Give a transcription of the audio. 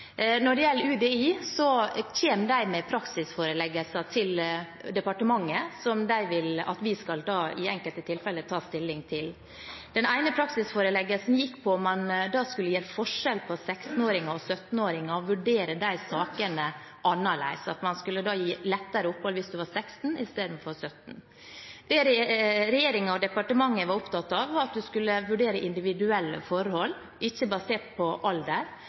Når det gjelder UDI, kommer de med praksisforeleggelser til departementet som de vil at vi i enkelte tilfeller skal ta stilling til. Den ene praksisforeleggelsen gikk på om man skulle gjøre forskjell på 16-åringer og 17-åringer og vurdere de sakene annerledes – at man skulle gi lettere opphold til dem som var 16 enn dem som var 17 år. Det regjeringen og departementet var opptatt av, var at en skulle vurdere individuelle forhold ikke basert på alder,